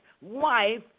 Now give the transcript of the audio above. wife